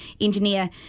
engineer